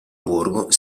borgo